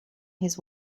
his